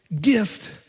gift